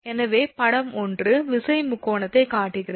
எனவே படம் 11 விசை முக்கோணத்தைக் காட்டுகிறது